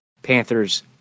panthers